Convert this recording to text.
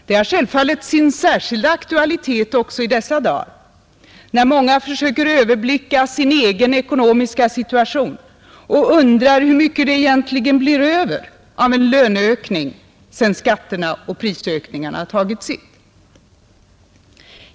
Den har självfallet sin särskilda aktualitet också i dessa dagar när många försöker överblicka sin egen ekonomiska situation och undrar hur mycket det egentligen blir över av en löneökning sedan skatter och prisstegring har tagit sitt.